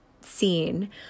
scene